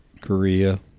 korea